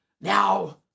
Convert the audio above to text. Now